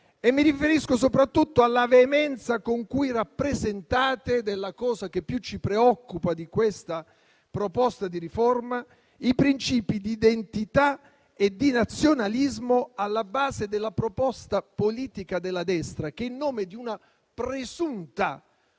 E mi riferisco soprattutto alla veemenza con cui rappresentate - ed è la cosa che più ci preoccupa di questa proposta di riforma - i principi di identità e di nazionalismo alla base della proposta politica della destra, che, in nome di una presunta